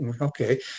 okay